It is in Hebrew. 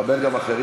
תכבד גם אחרים.